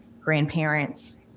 grandparents